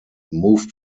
moved